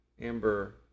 Amber